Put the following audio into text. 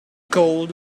gold